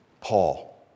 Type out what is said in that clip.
Paul